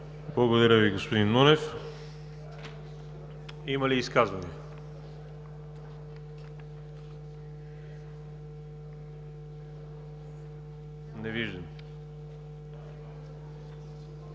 Благодаря Ви, господин Нунев. Има ли изказвания? Не виждам.